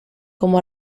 como